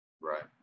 Right